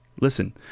Listen